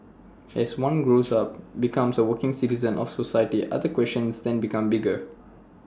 as one grows up becomes A working citizen of society other questions then become bigger